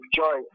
joy